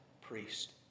priest